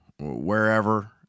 wherever